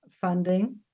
funding